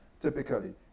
typically